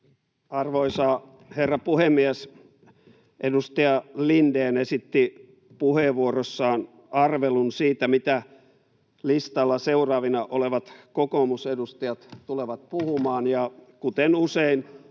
Arvoisa herra puhemies! Edustaja Lindén esitti puheenvuorossaan arvelun siitä, mitä listalla seuraavina olevat kokoomusedustajat tulevat puhumaan, ja kuten usein